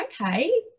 okay